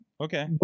okay